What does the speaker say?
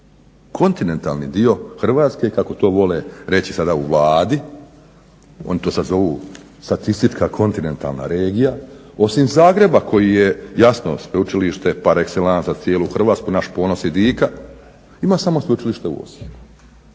Kontinentalni dio Hrvatske kako to vole reći sada u Vladi oni to sad to zovu statistička kontinentalna regija, osim Zagreba koji je jasno sveučilište par exellance za cijelu Hrvatsku naš ponos i dika ima samo Sveučilište u Osijeku.